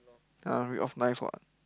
ah read off nice [what]